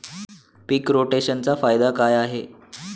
पीक रोटेशनचा फायदा काय आहे?